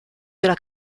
della